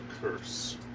curse